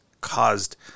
caused